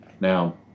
Now